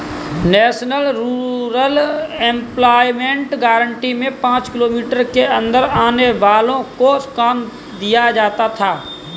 national rural employment guarantee में पांच kilometre के अंदर आने वालो को काम दिया जाता था